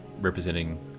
representing